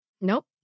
Nope